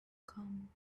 come